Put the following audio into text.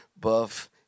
buff